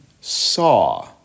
saw